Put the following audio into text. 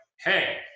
hey